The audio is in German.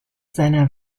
seiner